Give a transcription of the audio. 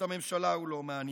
את הממשלה הוא לא מעניין.